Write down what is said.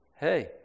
hey